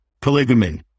polygamy